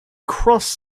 cross